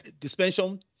dispension